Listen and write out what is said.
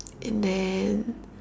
and then